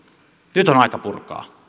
nyt on aika purkaa